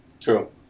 True